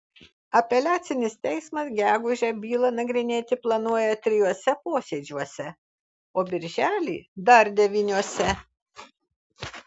apeliacinis teismas gegužę bylą nagrinėti planuoja trijuose posėdžiuose o birželį dar devyniuose